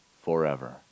forever